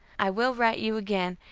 i will write you again,